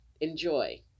enjoy